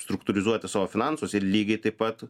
struktūrizuoti savo finansus ir lygiai taip pat